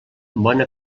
bona